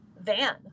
van